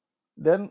then